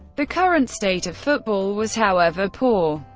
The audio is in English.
the current state of football was, however, poor.